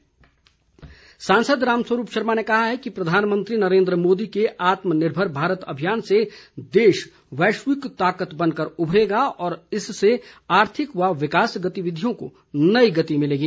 रामस्वरूप सांसद रामस्वरूप शर्मा ने कहा है कि प्रधानमंत्री नरेन्द्र मोदी के आत्मनिर्भर भारत अभियान से देश वैश्विक ताकत बनकर उभरेगा और इससे आर्थिक व विकास गतिविधियों को नई गति मिलेगी